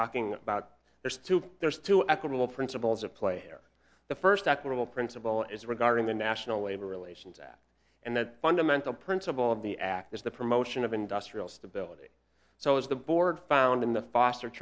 talking about there's two there's two equitable principles of play here the first equitable principle is regarding the national labor relations act and the fundamental principle of the act is the promotion of industrial stability so as the board found in the foster